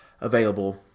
available